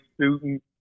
student